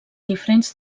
diferents